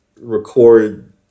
record